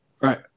right